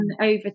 over